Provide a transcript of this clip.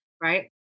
right